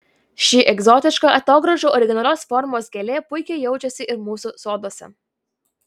ši egzotiška atogrąžų originalios formos gėlė puikiai jaučiasi ir mūsų soduose